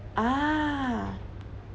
ah